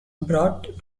brought